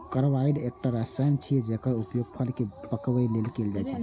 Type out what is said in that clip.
carbide एकटा रसायन छियै, जेकर उपयोग फल कें पकाबै लेल कैल जाइ छै